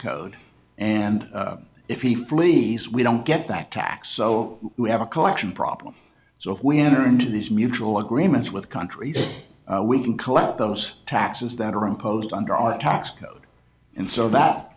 code and if he flees we don't get that tax so we have a collection problem so if we enter into this mutual agreements with countries we can collect those taxes that are imposed under our tax code and so that